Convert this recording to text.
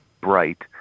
bright